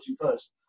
first